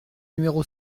numéro